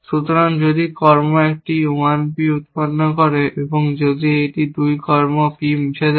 সুতরাং যদি কর্ম একটি 1 P উৎপন্ন করে এবং যদি একটি 2 কর্ম P মুছে দেয়